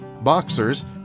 boxers